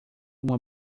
uma